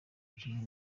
kimwe